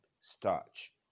starch